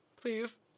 please